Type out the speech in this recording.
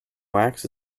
wax